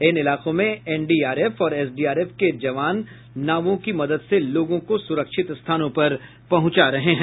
इन इलाकों में एनडीआरएफ और एसडीआरएफ के जवान नावों की मदद से लोगों को सुरक्षित स्थानों पर पहुंचा रहे हैं